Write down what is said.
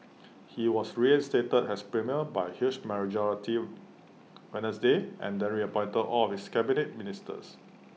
he was reinstated as premier by huge majority Wednesday and the reappointed all of his Cabinet Ministers